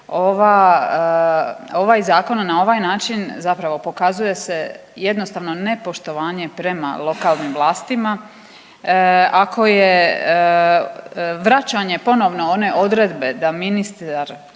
ovaj zakon na ovaj način zapravo pokazuje se jednostavno ne poštovanje prema lokalnim vlastima. Ako je vraćanje ponovno one odredbe da ministar